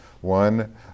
One